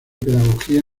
pedagogía